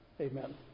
Amen